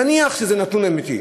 נניח שזה נתון אמיתי,